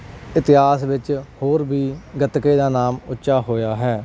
ਇਤਿਹਾਸ ਵਿੱਚ ਹੋਰ ਵੀ ਗਤਕੇ ਦਾ ਨਾਮ ਉੱਚਾ ਹੋਇਆ ਹੈ